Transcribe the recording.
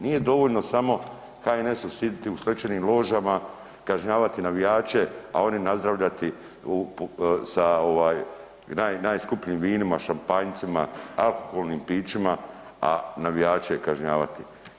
Nije dovoljno samo HNS-u siditi u svečanim ložama, kažnjavati navijače, a oni nazdravljati sa najskupljim vinima, šampanjcima, alkoholnim pićima, a navijače kažnjavati.